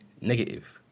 negative